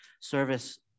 service